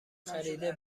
خریده